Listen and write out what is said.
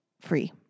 free